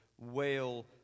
Wail